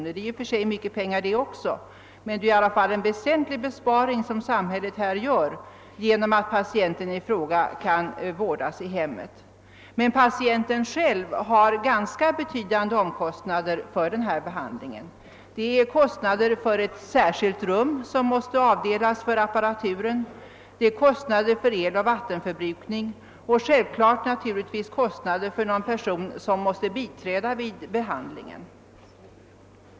Också det är i och för sig mycket pengar, men samhället gör i alla fall en väsentlig besparing genom att patienten i fråga kan vårdas i hemmet. Patienten själv har däremot ganska betydande omkostnader för behandlingen. Det är kostnader för ett särskilt rum som måste avdelas för apparaturen, det är kostnader för eloch vattenförbrukning och det är självfallet kostnader för någon person som måste biträda vid behandlingen.